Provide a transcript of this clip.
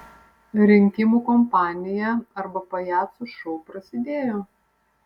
rinkimų kampanija arba pajacų šou prasidėjo